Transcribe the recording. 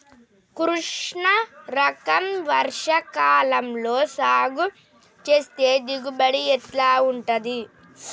కృష్ణ రకం వర్ష కాలం లో సాగు చేస్తే దిగుబడి ఎట్లా ఉంటది?